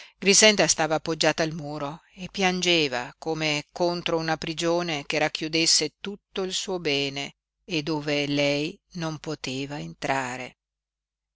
grixenda stava appoggiata al muro e piangeva come contro una prigione che racchiudesse tutto il suo bene e dove lei non poteva entrare